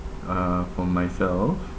uh for myself